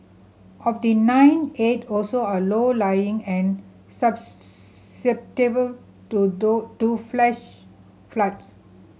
of the nine eight also are low lying and to do do flash floods